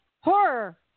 horror